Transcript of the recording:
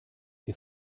wir